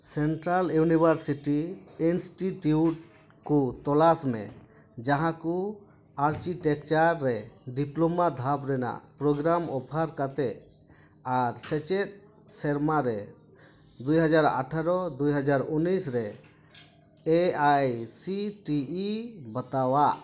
central university institute ᱠᱚ ᱛᱚᱞᱟᱥᱢᱮ ᱡᱟᱦᱟᱸ ᱠᱚ ᱟᱨᱴᱤᱴᱮᱠᱪᱟᱨ ᱨᱮ ᱰᱤᱯᱞᱳᱢᱟ ᱫᱷᱟᱯ ᱨᱮᱱᱟᱜ ᱯᱨᱳᱜᱨᱟᱢ ᱚᱯᱷᱟᱨ ᱠᱟᱛᱮᱫ ᱟᱨ ᱥᱮᱪᱮᱫ ᱥᱮᱨᱢᱟ ᱨᱮ ᱫᱩᱭ ᱦᱟᱡᱟᱨ ᱟᱴᱷᱟᱨᱚ ᱫᱩᱭ ᱦᱟᱡᱟᱨ ᱩᱱᱤᱥᱨᱮ A I C T E ᱵᱟᱛᱟᱣᱟᱜ